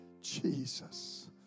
Jesus